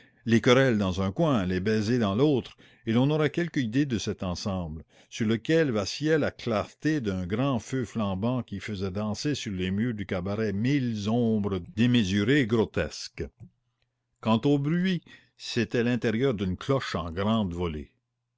les querelles dans un coin les baisers dans l'autre et l'on aura quelque idée de cet ensemble sur lequel vacillait la clarté d'un grand feu flambant qui faisait danser sur les murs du cabaret mille ombres démesurées et grotesques quant au bruit c'était l'intérieur d'une cloche en grande volée